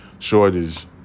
shortage